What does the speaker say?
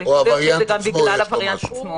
אבל יכול להיות שזה גם בגלל הווריאנט עצמו.